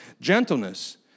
Gentleness